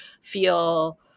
feel